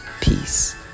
peace